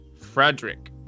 Frederick